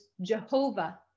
Jehovah